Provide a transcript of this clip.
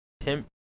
Tim